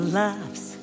laughs